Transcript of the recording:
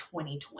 2020